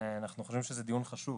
ואנחנו חושבים שזה דיון חשוב,